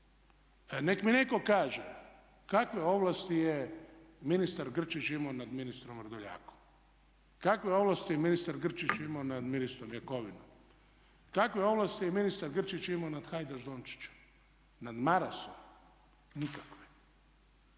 Nek mi neko kaže kakve ovlasti je ministar Grčić imao nad ministrom Vrdoljakom? Kakve ovlasti je ministar Grčić imamo nad ministrom Jakovinom? Kakve ovlasti je ministar Grčić imao nad Hajdaš Dončićem, nad Marasom? Nikakve,